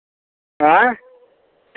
आँय